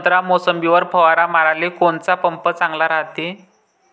संत्रा, मोसंबीवर फवारा माराले कोनचा पंप चांगला रायते?